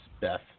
Beth